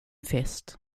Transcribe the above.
fest